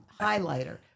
highlighter